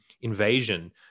invasion